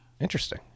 Interesting